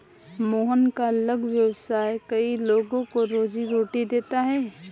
मोहन का लघु व्यवसाय कई लोगों को रोजीरोटी देता है